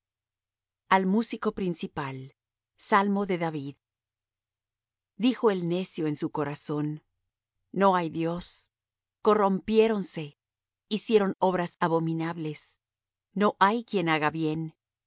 al músico principal salmo de david dijo el necio en su corazón no hay dios corrompiéronse hicieron obras abominables no hay quien haga bien